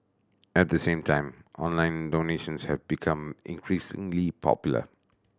at the same time online donations have become increasingly popular